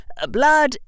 Blood